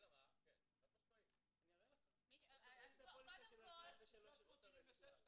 אלא מה ----- אני אראה לך --- קודם כל -- אני אראה